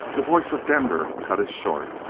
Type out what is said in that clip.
the voice of denver cut it short.